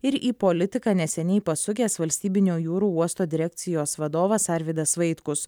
ir į politiką neseniai pasukęs valstybinio jūrų uosto direkcijos vadovas arvydas vaitkus